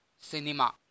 cinema